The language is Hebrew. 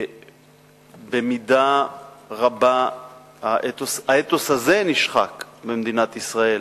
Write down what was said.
ובמידה רבה האתוס הזה נשחק במדינת ישראל